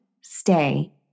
Stay